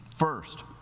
First